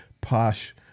posh